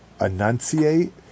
enunciate